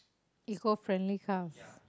eco friendly cars